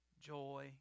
joy